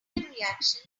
reactions